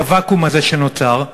בוואקום הזה שנוצר,